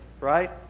right